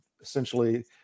essentially